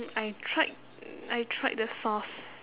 I tried I tried the sauce